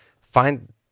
Find